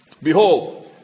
Behold